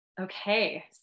Okay